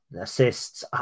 assists